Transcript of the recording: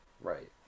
Right